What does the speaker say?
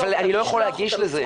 אבל אני לא יכול להגיש לזה.